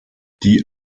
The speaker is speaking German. die